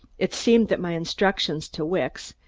it seemed that my instructions to wicks,